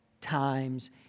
times